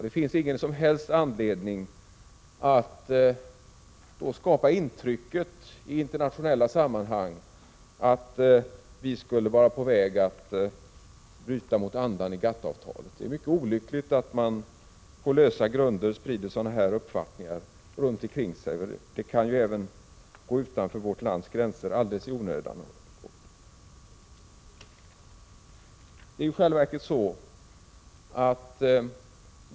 Då finns det ingen anledning att skapa intrycket i internationella sammanhang att vi skulle vara på väg att bryta mot andan i GATT-avtalet. Det är mycket olyckligt att man på lösa grunder sprider sådana uppfattningar. De kan även gå utanför vårt lands gränser alldeles i onödan.